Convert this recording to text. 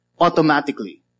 automatically